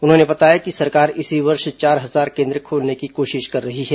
उन्होंने बताया कि सरकार इसी वर्ष चार हजार केन्द्र खोलने की कोशिश कर रही है